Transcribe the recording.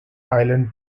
island